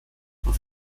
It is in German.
auf